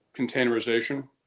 containerization